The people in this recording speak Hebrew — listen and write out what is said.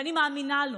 ואני מאמינה לו.